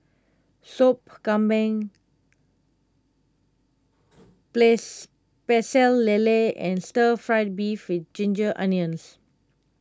Sop Kambing place Pecel Lele and Stir Fried Beef with Ginger Onions